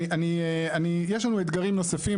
יש לנו אתגרים נוספים,